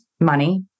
money